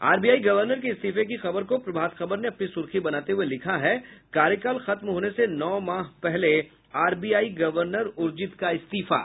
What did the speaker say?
RBI governor के इस्तीफे की खबर को प्रभात खबर ने अपनी सुर्खी बनाते हुए लिखा है कार्यकाल खत्म होने से नौ माह पहले आरबीआई गवर्नर उर्जित का इस्तीफा